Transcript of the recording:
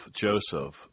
Joseph